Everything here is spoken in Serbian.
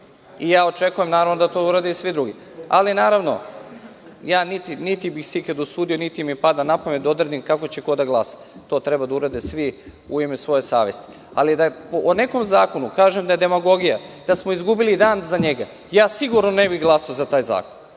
Ja očekujem, naravno, da to urade i svi drugi. Naravno, ja niti bih se ikada usudio, niti mi pada napamet da odredim kako će ko da glasa. To treba da urade svi u ime svoje savesti, ali da o nekom zakonu kažu da je demagogija, da smo izgubili da za njega, sigurno ne bi glasao za taj zakon.